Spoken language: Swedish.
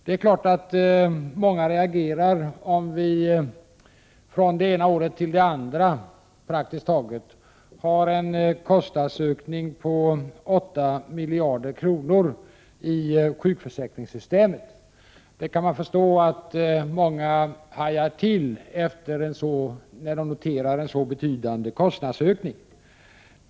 Det är klart att många reagerar om vi praktiskt taget från det ena året till det andra har en kostnadsökning i sjukförsäkringssystemet på åtta miljarder kronor. Man kan förstå att många hajar till när de notérar en så betydande kostnadsökning.